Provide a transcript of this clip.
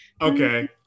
Okay